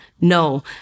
No